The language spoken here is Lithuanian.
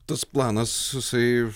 tas planas jisai